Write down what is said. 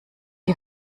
die